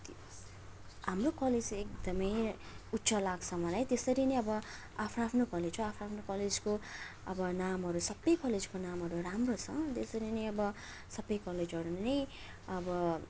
हाम्रो कलेज चाहिँ एकदमै उच्च लाग्छ मलाई त्यसरी नै अब आफ्नो आफ्नो कलेज हो आफ्नो आफ्नो कलेजको अब नामहरू सबै कलेजको नामहरू राम्रो छ त्यसरी नै अब सबै कलेजहरू नै अब